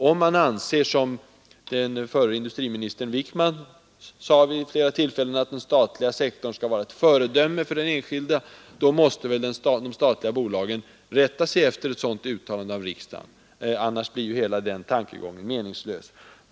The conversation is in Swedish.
Om man, som den förre industriministern Wickman sade vid flera tillfällen, anser att den statliga sektorn skall vara föredöme för den enskilda, måste väl de statliga bolagen rätta sig efter ett sådant uttalande av riksdagen. Annars blir ju hela den tankegången meningslös.